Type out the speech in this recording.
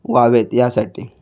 वाव्हेत यासाठी